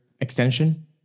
extension